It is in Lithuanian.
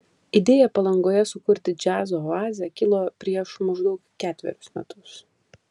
idėja palangoje sukurti džiazo oazę kilo prieš maždaug ketverius metus